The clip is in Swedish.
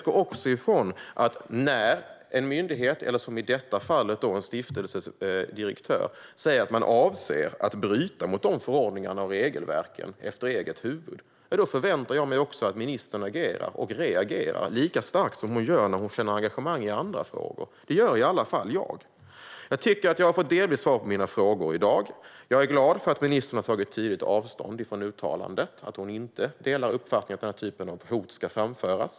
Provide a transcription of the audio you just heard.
När en myndighet, eller som i detta fall en stiftelses direktör, säger att man avser att efter eget huvud bryta mot förordningarna och regelverken, förväntar jag mig också att ministern agerar - och reagerar - lika starkt som hon gör när hon känner engagemang i andra frågor. Det gör i alla fall jag. Jag tycker att jag delvis har fått svar på mina frågor i dag. Jag är glad att ministern har tagit tydligt avstånd från uttalandet och att hon inte delar uppfattningen att den här typen av hot ska framföras.